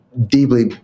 deeply